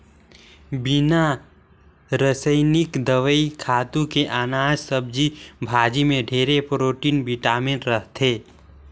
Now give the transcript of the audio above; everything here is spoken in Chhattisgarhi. बिना रसइनिक दवई, खातू के अनाज, सब्जी भाजी में ढेरे प्रोटिन, बिटामिन रहथे